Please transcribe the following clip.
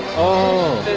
oh